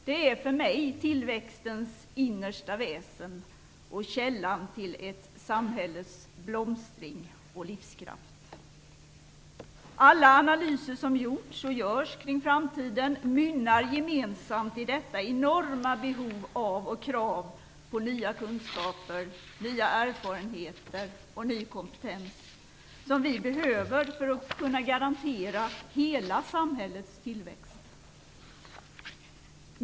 Det är för mig tillväxtens innersta väsen och källan till ett samhälles blomstring och livskraft. Alla analyser som gjorts och görs kring framtiden mynnar gemensamt i ett enormt behov av och krav på nya kunskaper, nya erfarenheter och ny kompetens, som vi behöver för att kunna garantera hela samhällets tillväxt.